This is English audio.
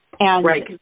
Right